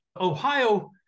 Ohio